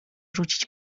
rzucić